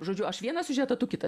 žodžiu aš vieną siužetą tu kitą